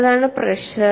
അതാണ് പ്രെഷർ